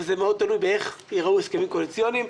וזה מאוד תלוי באיך יראו הסכמים קואליציוניים,